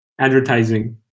advertising